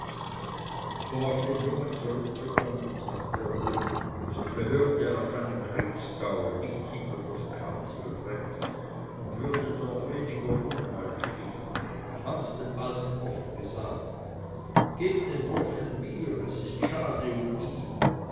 um auf den jungen zurückzukommen sagte er dann so gehört er auf einen kriegsgaul nicht hinter das kanzelbrett und würde dort weniger unheil stiften ich hab es dem alten oft gesagt gebt den burschen mir es ist schade um ihn